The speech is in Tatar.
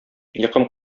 йокым